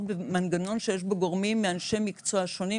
במנגנון שיש בו גורמים מאנשי מקצוע שונים,